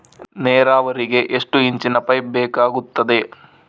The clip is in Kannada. ನೇರಾವರಿಗೆ ಎಷ್ಟು ಇಂಚಿನ ಪೈಪ್ ಬೇಕಾಗುತ್ತದೆ?